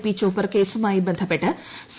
P chopper കേസുമായി ബന്ധപ്പെട്ട് C